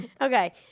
Okay